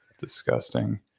disgusting